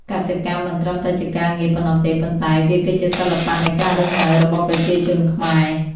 កសិកម្មមិនត្រឹមតែជាការងារប៉ុណ្ណោះទេ ប៉ុន្តែវាគឺជាសិល្បៈនៃការរស់នៅរបស់ប្រជាជនខ្មែរ។